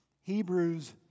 Hebrews